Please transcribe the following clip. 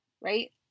right